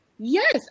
Yes